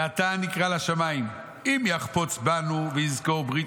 ועתה נקרא לשמיים אם יחפץ בנו ויזכור ברית